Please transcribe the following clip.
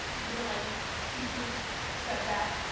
even though my teachers said that,